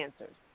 answers